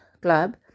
club